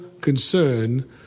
concern